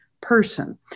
person